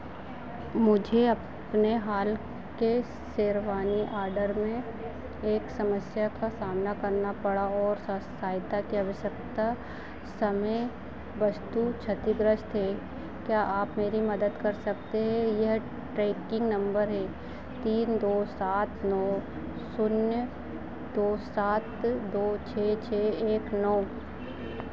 मुझे अपने हाल के शेरवानी औडर में एक समस्या का सामना करना पड़ा और स सहायता की आवश्यकता समय वस्तु क्षतिग्रस्त है क्या आप मेरी मदद कर सकते हैं यह ट्रैकिंग नंबर है तीन दो सात नौ शून्य दो सात दो छः छः एक नौ